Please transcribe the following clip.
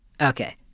Okay